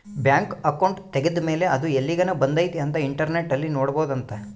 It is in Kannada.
ಬ್ಯಾಂಕ್ ಅಕೌಂಟ್ ತೆಗೆದ್ದ ಮೇಲೆ ಅದು ಎಲ್ಲಿಗನ ಬಂದೈತಿ ಅಂತ ಇಂಟರ್ನೆಟ್ ಅಲ್ಲಿ ನೋಡ್ಬೊದು ಅಂತ